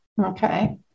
Okay